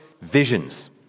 visions